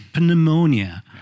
pneumonia